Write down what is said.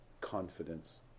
confidence